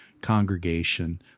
congregation